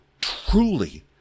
truly